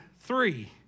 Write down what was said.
three